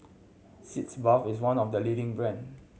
Sitz Bath is one of the leading brand